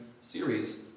series